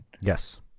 Yes